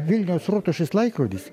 vilniaus rotušės laikrodis